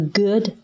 good